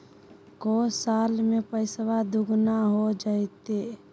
को साल में पैसबा दुगना हो जयते?